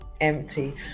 empty